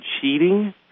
cheating